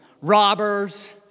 robbers